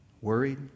worried